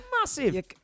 Massive